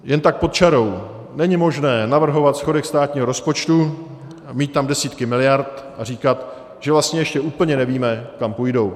Jen tak pod čarou, není možné navrhovat schodek státního rozpočtu, mít tam desítky miliard a říkat, že vlastně ještě úplně nevíme, kam půjdou.